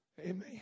Amen